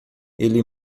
ele